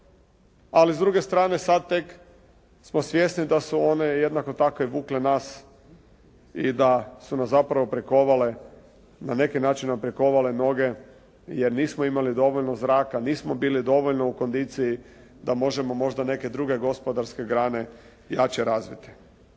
ali s druge strane sada tek smo svjesni da su one jedanko tako vukle i nas i da su nas zapravo prikovale, na neki način nam prikovale noge jer nismo imali dovoljno zraka, nismo bili dovoljno u kondiciji da možemo možda neke druge gospodarske grane jače razviti.